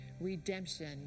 redemption